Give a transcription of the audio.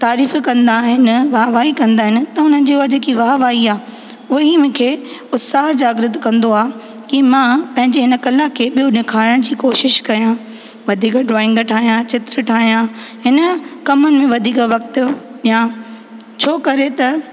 तारीफ़ु कंदा आहिनि वाह वाही कंदा आहिनि त उन्हनि जी जेका वाह वाही आहे उहा ई मूंखे उत्साह जागृत कंदो आहे की मां पंहिंजे हिन कला खे ॿियो निखारण जी कोशिश कयां वधीक ड्रॉईंग ठाहियां चित्र ठाहियां हिन कम में वधीक वक़्ति ॾियां छो करे त